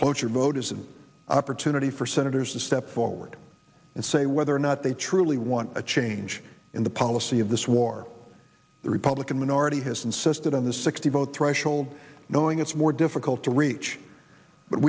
cloture vote is an opportunity for senators to step forward and say whether or not they truly want a change in the policy of this war the republican minority has insisted on the sixty vote threshold knowing it's more difficult to reach but